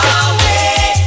away